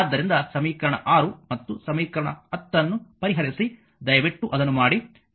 ಆದ್ದರಿಂದ ಸಮೀಕರಣ 6 ಮತ್ತು ಸಮೀಕರಣ 10 ಅನ್ನು ಪರಿಹರಿಸಿ ದಯವಿಟ್ಟು ಅದನ್ನು ಮಾಡಿ